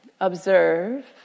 Observe